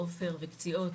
עופר וקציעות,